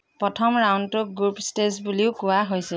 প্ৰথম ৰাউণ্ডটোক group stage বুলিও কোৱা হৈছিল